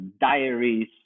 diaries